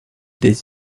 des